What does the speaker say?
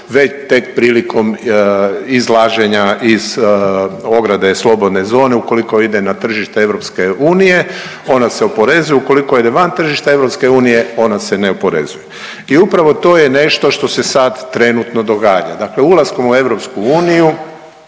već tek prilikom izlaženja iz ograde slobodne zone. Ukoliko ide na tržište EU ona se oporezuje, ukoliko ide van tržišta EU ona se ne oporezuje. I upravo to je nešto što se sad trenutno događa. Dakle, ulaskom u EU 2013.